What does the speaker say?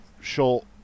short